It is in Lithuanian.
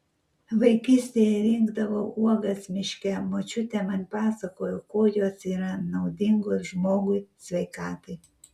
vaikystėje rinkdavau uogas miške močiutė man pasakojo kuo jos yra naudingos žmogui sveikatai